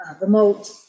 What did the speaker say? remote